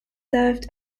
served